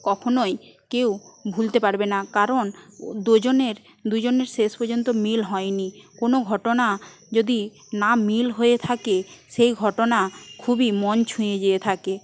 কখনোই কেউ ভুলতে পারবে না কারণ দুজনের দুজনের শেষ পর্যন্ত মিল হয় নি কোন ঘটনা যদি না মিল হয়ে থাকে সেই ঘটনা খুবই মন ছুঁয়ে গিয়ে থাকে